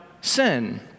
sin